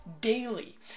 daily